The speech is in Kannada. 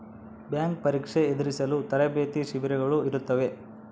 ಬ್ಯಾಂಕ್ ಪರೀಕ್ಷೆ ಎದುರಿಸಲು ತರಬೇತಿ ಶಿಬಿರಗಳು ಇರುತ್ತವೆ